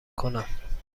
کنم